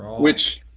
which